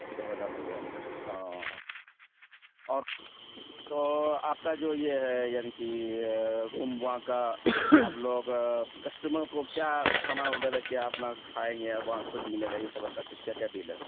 دو ہزار لگا ہم اور تو آپ کا جو یہ ہے یعنی کہ روم وہاں کا آپ لوگ کسٹمر کو کیا کھانا وغیرہ کیا اپنا کھائیں گے وہاں خود ملے گا یہ سب ایسا تو کیا کیا ڈیل ہے